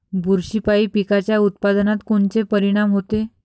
बुरशीपायी पिकाच्या उत्पादनात कोनचे परीनाम होते?